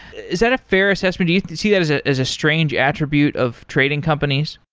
is that a fair assessment? do you see that as ah as a strange attribute of trading companies?